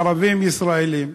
ערבים ישראלים,